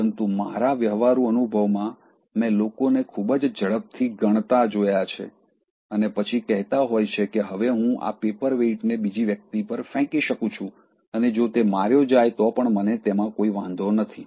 પરંતુ મારા વ્યવહારુ અનુભવમાં મેં લોકોને ખૂબ જ ઝડપથી ગણાતા જોયા છે અને પછી કહેતા હોય છે કે હવે હું આ પેપરવેઇટને બીજી વ્યક્તિ પર ફેંકી શકું છું અને જો તે માર્યો જાય તો પણ મને તેમાં કોઈ વાંધો નથી